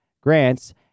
grants